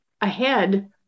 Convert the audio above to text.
ahead